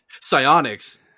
Psionics